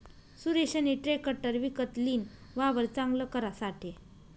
सुरेशनी ट्रेकटर विकत लीन, वावर चांगल करासाठे